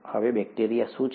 હવે બેક્ટેરિયા શું છે